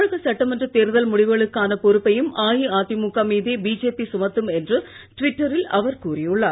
தமிழகசட்டமன்றத்தேர்தல்முடிவுகளுக்கானபொறுப்பையும்அஇஅதிமுகமீ தேபிஜேபிசுமத்தும்என்றுட்விட்டரில்அவர்கூறியுள்ளார்